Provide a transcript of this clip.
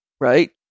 right